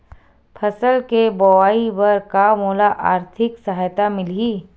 फसल के बोआई बर का मोला आर्थिक सहायता मिलही?